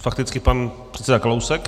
Fakticky pan předseda Kalousek.